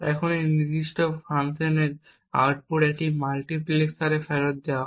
এখন এই নির্দিষ্ট ফাংশনের আউটপুট একটি মাল্টিপ্লেক্সারে ফেরত দেওয়া হয়